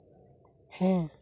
ᱦᱮᱸ